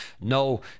no